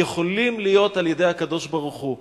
יכולים להיות על-ידי הקדוש-ברוך-הוא.